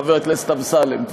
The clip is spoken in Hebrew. חבר הכנסת אמסלם,